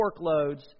workloads